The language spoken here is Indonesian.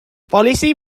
polisi